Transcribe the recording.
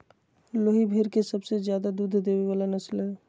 लोही भेड़ के सबसे ज्यादे दूध देय वला नस्ल हइ